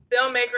Filmmaker